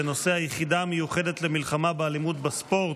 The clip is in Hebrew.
בנושא היחידה המיוחדת למלחמה באלימות בספורט.